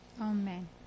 Amen